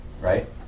right